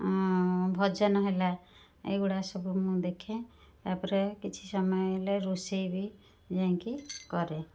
ଭଜନ ହେଲା ଏଗୁଡ଼ାକ ସବୁ ମୁଁ ଦେଖେ ତାପରେ କିଛି ସମୟ ହେଲେ ରୋଷେଇ ବି ଯାଇକି କରେ